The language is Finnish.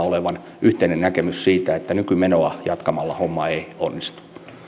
olevan yhteinen näkemys siitä että nykymenoa jatkamalla homma ei onnistu